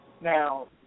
Now